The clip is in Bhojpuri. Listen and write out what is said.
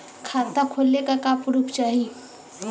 खाता खोलले का का प्रूफ चाही?